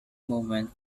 movement